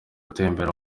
atembera